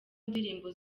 ndirimbo